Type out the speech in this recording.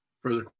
further